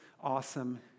awesome